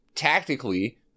tactically